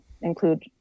include